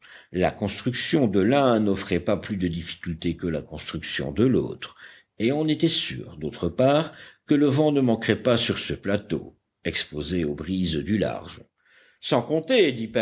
la construction de l'un n'offrait pas plus de difficulté que la construction de l'autre et on était sûr d'autre part que le vent ne manquerait pas sur ce plateau exposé aux brises du large sans compter